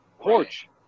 porch